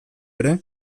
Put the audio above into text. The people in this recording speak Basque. ere